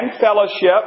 fellowship